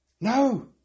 No